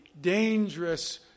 dangerous